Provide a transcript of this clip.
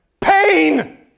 pain